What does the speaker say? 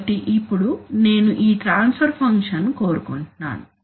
కాబట్టి ఇప్పుడు నేను ఈ ట్రాన్స్ఫర్ ఫంక్షన్ కోరుకుంటున్నాను